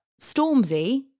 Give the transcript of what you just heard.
Stormzy